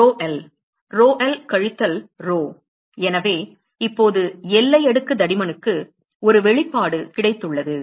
row L rho l கழித்தல் rho எனவே எனவே இப்போது எல்லை அடுக்கு தடிமனுக்கு ஒரு வெளிப்பாடு கிடைத்துள்ளது